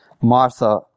Martha